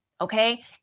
Okay